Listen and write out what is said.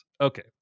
okay